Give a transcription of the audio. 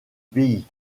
pays